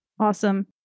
Awesome